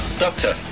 doctor